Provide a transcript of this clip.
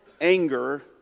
anger